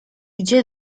gdzie